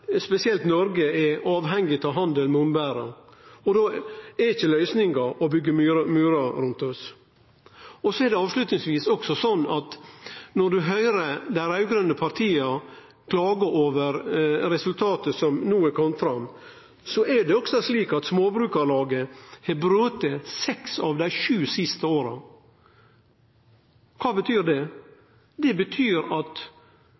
spesielt Noreg er avhengig av handel med omverda, og då er ikkje løysinga å byggje murar rundt oss. Til slutt: Når ein høyrer dei raud-grøne partia klage over resultatet som no er kome fram: Småbrukarlaget har brote i seks av dei sju siste åra. Kva betyr det? Det betyr at